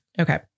Okay